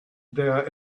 their